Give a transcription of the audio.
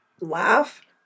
laugh